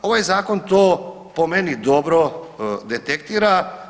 Ovaj zakon to po meni dobro detektira.